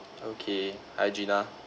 okay hi gina